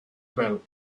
well